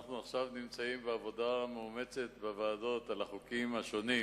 אנחנו עכשיו נמצאים בעבודה מאומצת בוועדות על החוקים השונים,